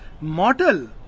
mortal